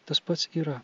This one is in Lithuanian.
tas pats yra